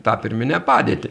tą pirminę padėtį